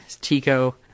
tico